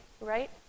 right